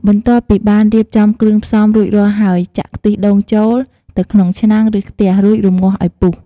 បន្ទាប់ពីបានរៀបចំគ្រឿងផ្សំរួចរាល់ហើយ ចាក់ខ្ទិះដូងចូល ទៅក្នុងឆ្នាំង ឬខ្ទះ រួច រម្ងាស់ឲ្យពុះ។